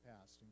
past